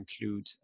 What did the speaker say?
include